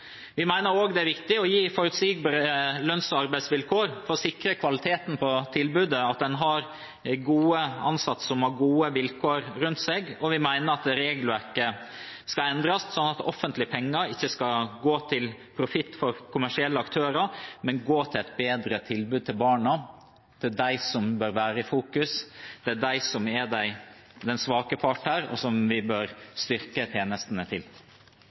Vi mener også det er viktig å gi forutsigbare lønns- og arbeidsvilkår for å sikre kvaliteten på tilbudet – at en har gode ansatte som har gode vilkår rundt seg. Vi mener at regelverket skal endres slik at offentlige penger ikke skal gå til profitt for kommersielle aktører, men til et bedre tilbud til barna. Det er de som bør være i fokus, det er de som er den svake part, og som vi bør styrke tjenestene til.